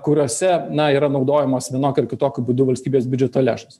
kuriose na yra naudojamos vienokiu ar kitokiu būdu valstybės biudžeto lėšos